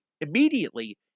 immediately